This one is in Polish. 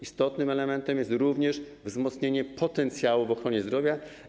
Istotnym elementem jest również wzmocnienie potencjału ludzkiego w ochronie zdrowia.